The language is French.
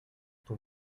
ton